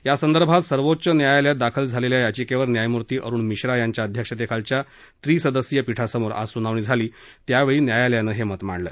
यासंदर्भात सर्वोच्च न्यायालयात दाखल झालेल्या याचिकेवर न्यायम्ती अरुण मिश्रा यांच्या अध्यक्षतेखालच्या त्रिसदस्यीय पीठासमोर आज स्नावणी झाली त्यावेळी न्यायालयानं हे मत मांडलं